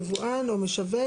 יבואן או משווק,